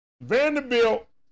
Vanderbilt